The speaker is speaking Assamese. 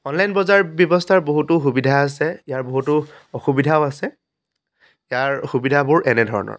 অনলাইন বজাৰ ব্যৱস্থাৰ বহুতো সুবিধা আছে ইয়াৰ বহুতো অসুবিধাও আছে ইয়াৰ সুবিধাবোৰ এনেধৰণৰ